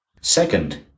Second